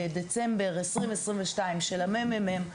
שבדצמבר 2022 יוצא מסמך של הממ״מ,